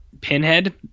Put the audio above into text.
pinhead